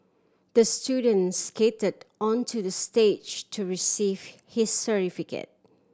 the student skated onto the stage to receive his certificate